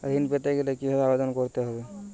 ঋণ পেতে গেলে কিভাবে আবেদন করতে হবে?